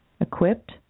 equipped